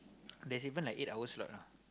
there's even like eight hour slot ah